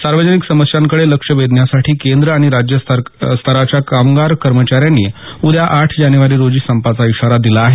सार्वजनिक समस्यांकडे लक्ष वेधण्यासाठी केंद्र आणि राज्य स्तरावरच्या कामगार कर्मचाऱ्यांनी उद्या आठ जानेवारी रोजी संपाचा इशारा दिला आहे